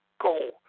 go